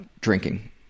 drinking